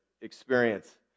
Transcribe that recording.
experience